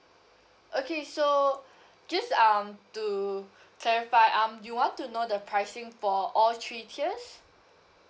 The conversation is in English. okay so just um to clarify um you want to know the pricing for all three tiers